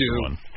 one